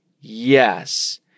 Yes